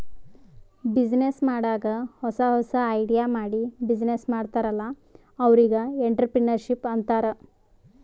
business ಮಾಡಾಗ್ ಹೊಸಾ ಹೊಸಾ ಐಡಿಯಾ ಮಾಡಿ ಬಿಸಿನ್ನೆಸ್ ಮಾಡ್ತಾರ್ ಅಲ್ಲಾ ಅವ್ರಿಗ್ ಎಂಟ್ರರ್ಪ್ರಿನರ್ಶಿಪ್ ಅಂತಾರ್